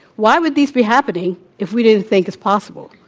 why would these be happening if we didn't think it's possible?